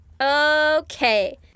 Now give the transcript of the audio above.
Okay